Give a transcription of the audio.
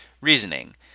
reasoning